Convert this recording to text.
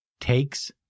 takes